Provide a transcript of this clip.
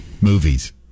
movies